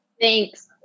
Thanks